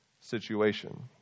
situation